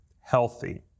healthy